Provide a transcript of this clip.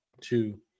two